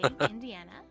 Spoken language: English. indiana